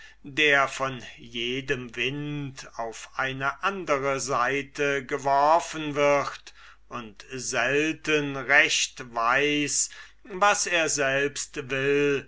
der von jedem wind auf eine andere seite geworfen wird und selten recht weiß was er selbst will